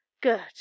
Good